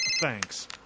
Thanks